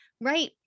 right